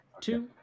two